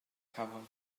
cafodd